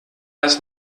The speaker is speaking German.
das